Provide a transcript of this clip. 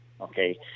Okay